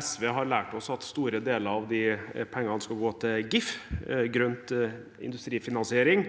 SV har lært oss at store deler av de pengene skal gå til GIF, grønn industrifinansiering.